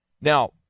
Now